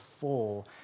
four